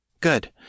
Good